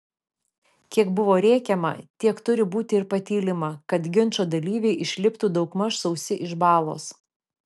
kiek buvo rėkiama tiek turi būti ir patylima kad ginčo dalyviai išliptų daugmaž sausi iš balos